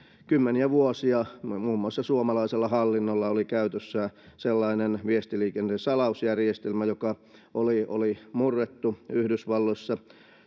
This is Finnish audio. kymmeniä vuosia muun muassa suomalaisella hallinnolla oli käytössään sellainen viestiliikenteen salausjärjestelmä joka oli oli murrettu yhdysvalloissa